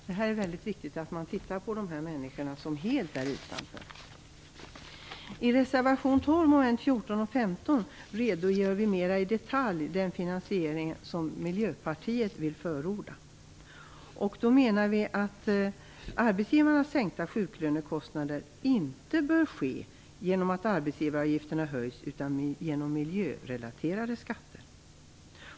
Det är mycket viktigt att man ser till dessa människor, som står helt utanför. I reservation 12, som gäller mom. 14 och 15, redogör vi mera i detalj för den finansiering som Miljöpartiet vill förorda. Vi menar att arbetsgivarnas sänkta sjuklönekostnader inte bör följas av höjda arbetsgivaravgifter, utan av miljörelaterade skatter.